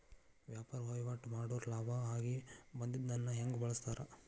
ವ್ಯಾಪಾರ್ ವಹಿವಾಟ್ ಮಾಡೋರ್ ಲಾಭ ಆಗಿ ಬಂದಿದ್ದನ್ನ ಹೆಂಗ್ ಬಳಸ್ತಾರ